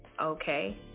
Okay